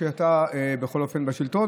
כשאתה בכל אופן בשלטון.